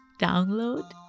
download